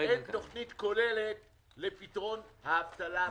אין תוכנית כוללת לפתרון האבטלה במשק.